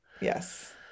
Yes